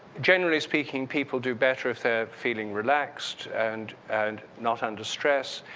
generally speaking, people do better if they're feeling relaxed and and not under stress.